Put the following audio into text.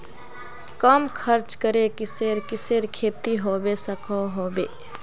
कम खर्च करे किसेर किसेर खेती होबे सकोहो होबे?